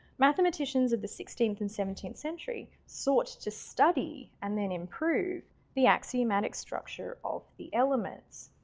mathematicians of the sixteenth and seventeenth century sought to study and then improve the axiomatic structure of the elements.